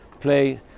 play